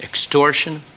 extortion,